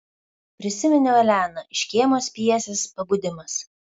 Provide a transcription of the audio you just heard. prisiminiau eleną iš škėmos pjesės pabudimas